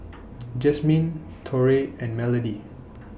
Jasmine Torey and Melodee